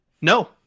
No